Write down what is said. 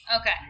Okay